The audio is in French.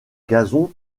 gazon